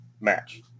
match